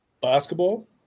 Basketball